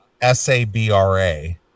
S-A-B-R-A